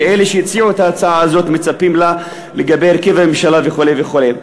שאלה שהציעו את ההצעה הזאת מצפים לה לגבי הרכב הממשלה וכו' וכו'.